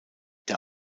der